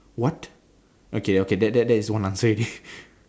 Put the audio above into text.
what okay okay that that that is one answer already